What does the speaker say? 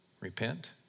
Repent